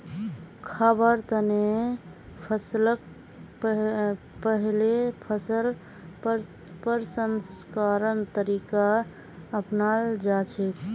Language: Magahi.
खाबार तने फसलक पहिले फसल प्रसंस्करण तरीका अपनाल जाछेक